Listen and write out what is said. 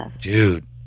Dude